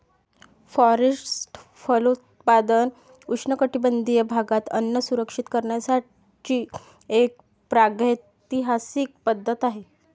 forest फलोत्पादन उष्णकटिबंधीय भागात अन्न सुरक्षित करण्याची एक प्रागैतिहासिक पद्धत आहे